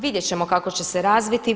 Vidjet ćemo kako će se razviti.